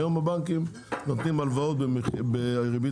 היום הבנקים נותנים הלוואות בריבית